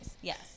Yes